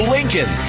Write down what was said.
Lincoln